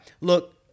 look